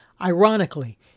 Ironically